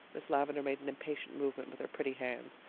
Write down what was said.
miss lavendar made an impatient movement with her pretty hands.